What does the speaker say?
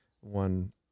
one